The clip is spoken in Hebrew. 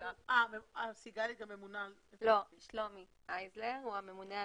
מרשם מקרקעין שלומי הייזלר.